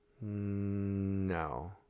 no